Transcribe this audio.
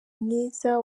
myiza